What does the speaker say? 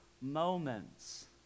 moments